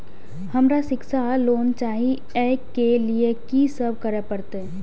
हमरा शिक्षा लोन चाही ऐ के लिए की सब करे परतै?